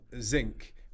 zinc